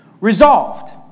Resolved